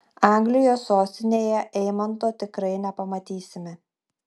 anglijos sostinėje eimanto tikrai nepamatysime